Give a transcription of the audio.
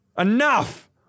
Enough